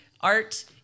Art